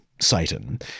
Satan